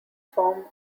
form